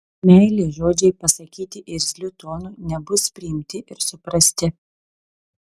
meilės žodžiai pasakyti irzliu tonu nebus priimti ir suprasti